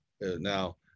now